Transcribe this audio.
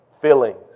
feelings